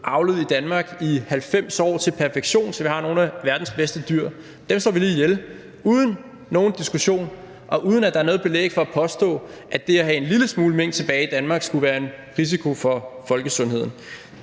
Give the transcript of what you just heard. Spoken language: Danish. avlet i Danmark i 90 år til perfektion, så vi har nogle af verdens bedste dyr. Dem slår vi lige ihjel uden nogen diskussion, og uden at der er noget belæg for at påstå, at det at have en lille smule mink tilbage i Danmark skulle være en risiko for folkesundheden.